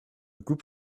group